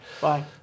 bye